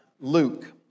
Luke